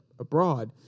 abroad